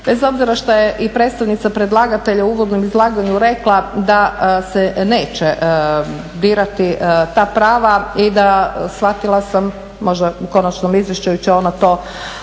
bez obzira što je i predstavnica predlagatelja u uvodnom izlaganju rekla da se neće dirati ta prava i da shvatila sam možda u konačnom izvještaju će ona to